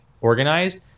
organized